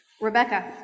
Rebecca